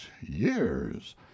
years